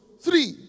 Three